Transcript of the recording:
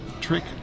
trick